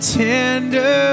tender